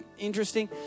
interesting